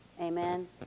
Amen